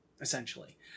essentially